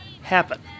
happen